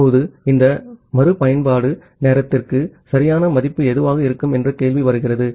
இப்போது இந்த மறுபயன்பாட்டு நேரத்திற்கு சரியான மதிப்பு எதுவாக இருக்கும் என்ற கேள்வி வருகிறது